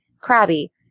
crabby